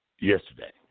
yesterday